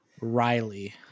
riley